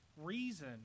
reason